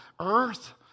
Earth